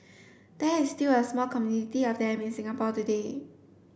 there is still a small community of them in Singapore today